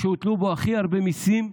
שהוטלו בו הכי הרבה מיסים,